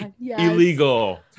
illegal